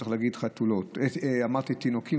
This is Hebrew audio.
וצריך להגיד "חתולות" אמרתי "תינוקים",